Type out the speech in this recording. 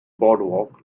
boardwalk